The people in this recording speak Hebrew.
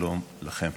שלום לכם.